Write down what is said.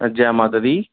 जय माता दी